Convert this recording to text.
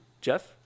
Jeff